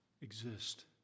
exist